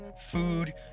food